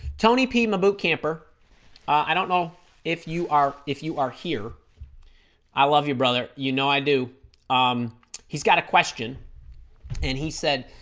toni pima boot camper i don't know if you are if you are here i love your brother you know i do um he's got a question and he said